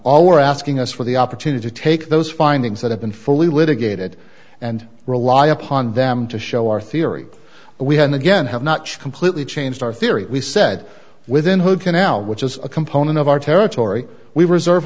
all we're asking us for the opportunity to take those findings that have been fully litigated and rely upon them to show our theory we had again have not completely changed our theory we said within who can now which is a component of our territory we reserve